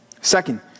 Second